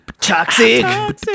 toxic